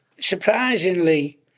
surprisingly